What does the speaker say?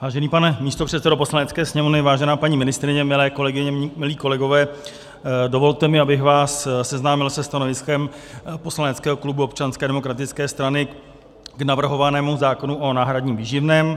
Vážený pane místopředsedo Poslanecké sněmovny, vážená paní ministryně, milé kolegyně, milí kolegové, dovolte mi, abych vás seznámil se stanoviskem poslaneckého klubu Občanské demokratické strany k navrhovanému zákonu o náhradním výživném.